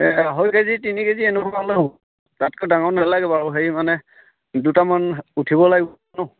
এ আঢ়ৈ কেজি তিনি কেজি এনেকুৱা হলেও হ'ব তাতকৈ ডাঙৰ নেলাগে বাৰু হেৰি মানে দুটামান উঠিব লাগিব ন